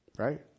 Right